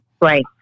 Right